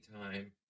time